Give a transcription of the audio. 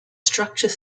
structure